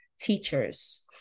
teachers